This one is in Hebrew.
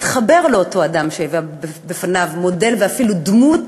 התחבר לאותו אדם, שהיה בשבילו מודל, ואפילו דמות,